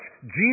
Jesus